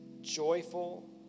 joyful